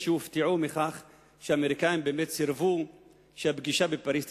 שהופתעו מכך שהאמריקנים סירבו שהפגישה בפריס תתקיים.